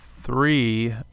three